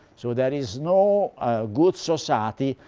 so there is no good society,